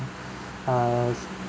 err